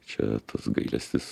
čia tas gailestis